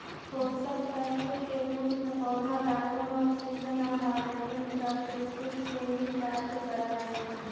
पोषकतत्व के रूप में पौधे कॉर्बन, ऑक्सीजन और हाइड्रोजन प्रकृति से ही प्राप्त करअ हई